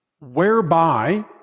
whereby